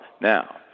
Now